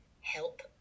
help